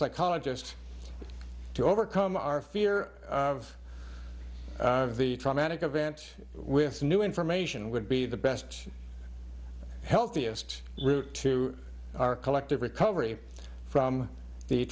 psychologist to overcome our fear of of the traumatic event with new information would be the best healthiest route to our collective recovery from the